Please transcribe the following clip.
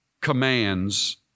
commands